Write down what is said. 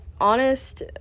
honest